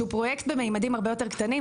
שהוא פרויקט בממדים הרבה יותר קטנים,